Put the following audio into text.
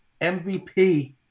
MVP